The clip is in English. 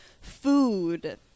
food